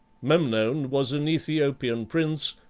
memnon was an aethiopian prince,